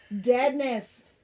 Deadness